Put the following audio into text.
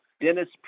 Dennis